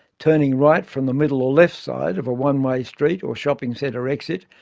turning right from the middle or left side of a one-way street or shopping centre exit,